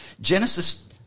Genesis